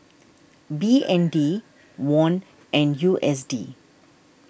B N D Won and U S D